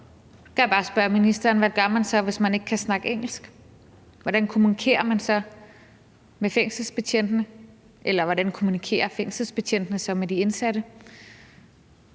så gør, hvis man ikke kan snakke engelsk. Hvordan kommunikerer man så med fængselsbetjentene, eller hvordan kommunikerer fængselsbetjentene så med de indsatte?